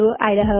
Idaho